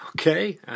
Okay